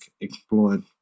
explored